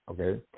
okay